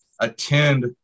attend